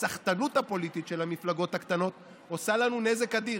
הסחטנות הפוליטית של המפלגות הקטנות עושה לנו נזק אדיר,